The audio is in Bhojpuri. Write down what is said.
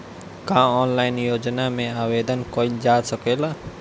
का ऑनलाइन योजना में आवेदन कईल जा सकेला?